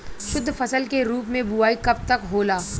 शुद्धफसल के रूप में बुआई कब तक होला?